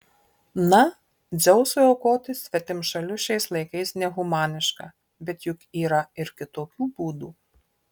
na dzeusui aukoti svetimšalius šiais laikais nehumaniška bet juk yra ir kitokių būdų